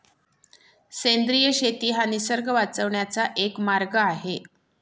सेंद्रिय शेती हा निसर्ग वाचवण्याचा एक मार्ग आहे